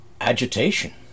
agitation